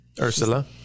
Ursula